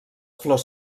flors